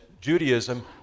Judaism